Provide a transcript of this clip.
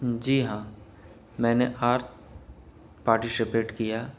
جی ہاں میں نے آرت پارٹیشپیٹ کیا